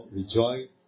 rejoice